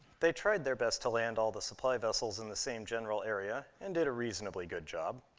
they tried their best to land all the supply vessels in the same general area and did a reasonably good job.